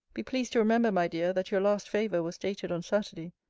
be pleased to remember, my dear, that your last favour was dated on saturday.